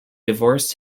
divorced